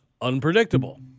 unpredictable